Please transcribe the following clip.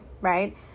right